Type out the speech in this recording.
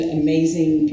amazing